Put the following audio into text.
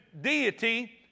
deity